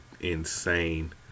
insane